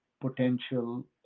potential